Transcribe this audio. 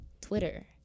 Twitter